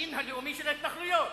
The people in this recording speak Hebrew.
"המלבין הלאומי של ההתנחלויות".